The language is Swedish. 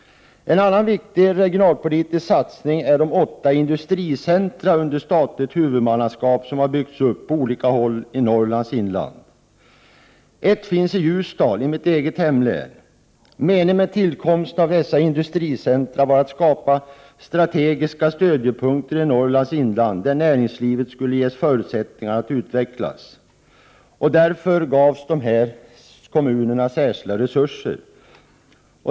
En annan viktig regionalpolitisk satsning är de åtta industricentra under statligt huvudmannaskap som har byggts upp på olika håll i Norrlands inland. Ett finns i Ljusdal, i mitt eget hemlän. Meningen med tillkomsten av dessa industricentra var att skapa strategiska stödjepunkter i Norrlands inland, där näringslivet skulle ges förutsättningar att utvecklas. Därför gavs de här kommunerna särskilda resurser.